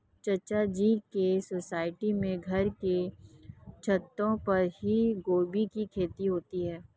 चाचा जी के सोसाइटी में घर के छतों पर ही गोभी की खेती होती है